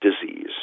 disease